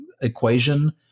equation